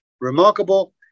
remarkable